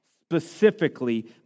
specifically